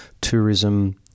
tourism